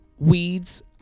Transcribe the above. Weeds